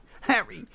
Harry